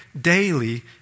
daily